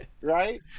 Right